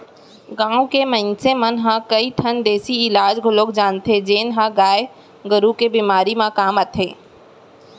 गांव के मनसे मन ह कई ठन देसी इलाज घलौक जानथें जेन ह गाय गरू के बेमारी म काम आथे